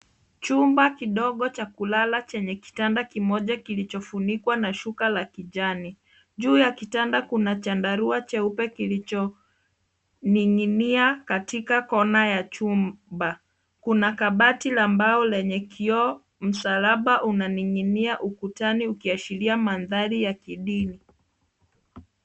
Chumba kidogo cha kulala chenye kitanda kimoja kilicho funikwa na shuka la kijani. Juu ya kitanda kuna chandarua cheupe kilicho ning'inia katika kona ya chumba kuna kabati la mbao lenye kioo. Msalaba unaninginia ukutani ukiashiria mandhari ya kidini.